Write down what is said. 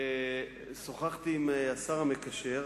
שוחחתי עם השר המקשר,